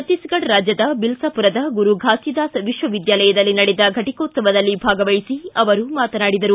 ಚತ್ತಿಸ್ಗಡ್ ರಾಜ್ಯದ ಬಿಲ್ಲಾಪುರದ ಗುರು ಘಾಸಿದಾಸ್ ವಿಶ್ವವಿದ್ಯಾಲಯದಲ್ಲಿ ನಡೆದ ಘಟಕೋತ್ಸವದಲ್ಲಿ ಭಾಗವಹಿಸಿ ಅವರು ಮಾತನಾಡಿದರು